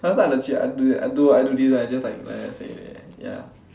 last time I legit like I do that do this one I just say